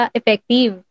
effective